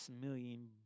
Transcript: million